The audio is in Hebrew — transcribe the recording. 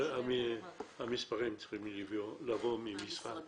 המספרים צריכים לבוא מהמשרד